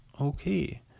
Okay